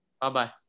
Bye-bye